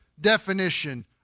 definition